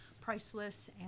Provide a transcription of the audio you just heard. priceless